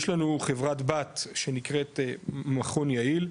יש לנו חברת בת שנקראת, 'מכון יעיל',